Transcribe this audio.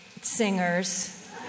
singers